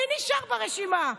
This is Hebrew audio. מי נשאר ברשימה?